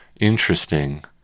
interesting